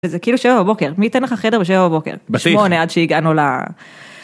זה כאילו שבע בבוקר מי תן לך חדר בשבע בבוקר בשמונה עד שהגענו ל...